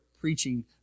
preaching